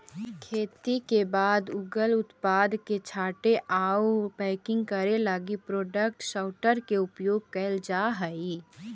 खेती के बाद उगल उत्पाद के छाँटे आउ पैकिंग करे लगी प्रोडक्ट सॉर्टर के उपयोग कैल जा हई